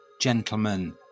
gentlemen